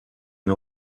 une